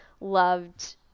loved